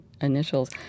initials